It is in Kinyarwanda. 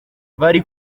bari